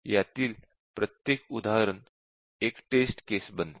यातील प्रत्येक उदाहरण एक टेस्ट केस बनते